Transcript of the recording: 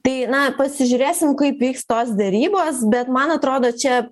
tai na pasižiūrėsim kaip vyks tos derybos bet man atrodo čia